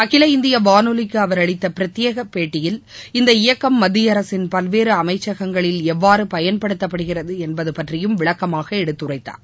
அகில இந்திய வானொலிக்கு அவர் அளித்த பிரத்யேக பேட்டியில் இந்த இயக்கம் மத்திய அரசின் பல்வேறு அமைச்சகங்களில் எவ்வாறு பயன்படுத்தப்படுகிறது என்பது பற்றியும் விளக்கமாக எடுத்துரைத்தார்